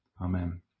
Amen